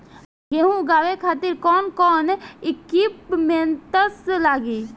गेहूं उगावे खातिर कौन कौन इक्विप्मेंट्स लागी?